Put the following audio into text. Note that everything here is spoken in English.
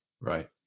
right